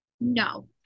No